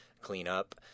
cleanup